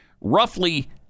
Roughly